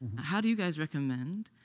how do you guys recommend